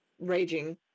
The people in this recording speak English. raging